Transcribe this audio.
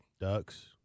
Ducks